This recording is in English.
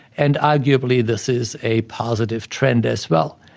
and arguably this is a positive trend as well.